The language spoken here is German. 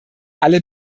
alle